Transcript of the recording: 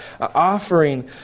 offering